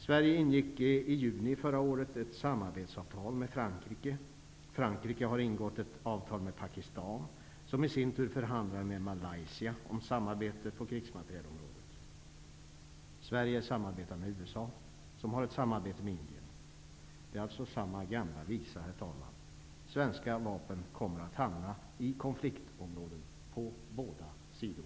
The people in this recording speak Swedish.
Sverige ingick i juni förra året ett samarbetsavtal med Frankrike. Frankrike har ingått ett avtal med Pakistan, som i sin tur förhandlar med Malaysia om samarbete på krigsmaterielområdet. Sverige samarbetar med USA, som har ett samarbete med Indien. Det är alltså samma gamla visa, herr talman. Svenska vapen kommer att hamna i konfliktområden, på båda sidor.